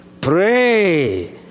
pray